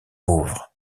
pauvres